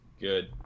good